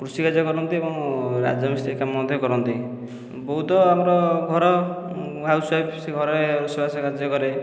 କୃଷିକାର୍ଯ୍ୟ କରନ୍ତି ଏବଂ ରାଜମିସ୍ତ୍ରୀ କାମ ମଧ୍ୟ କରନ୍ତି ବୋଉ ତ ଆମର ଘର ହାଉସ୍ ୱାଇଫ ସେ ଘରେ ରୋଷେଇବାସ କାର୍ଯ୍ୟ କରେ